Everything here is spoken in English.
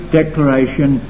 declaration